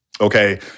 Okay